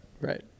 Right